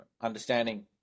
understanding